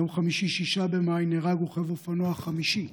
ביום חמישי, 6 במאי, נהרג רוכב אופנוע חמישי,